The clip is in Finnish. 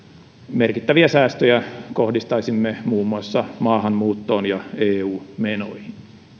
merkittäviä säästöjä kohdistaisimme muun muassa maahanmuuttoon ja eu menoihin